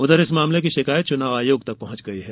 उधर इस मामले की शिकायत चुनाव आयोग तक पहुंच गई है